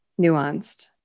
nuanced